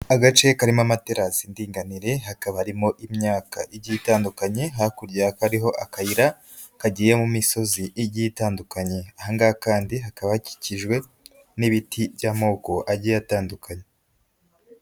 Agace karimo amaterasi y'indinganire hakaba harimo imyaka igiye itandukanye, hakurya kariho akayira kagiye mu misozi igiye itandukanye, aha ngaha kandi hakaba hakikijwe n'ibiti by'amoko agiye atandukanye.